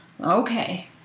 Okay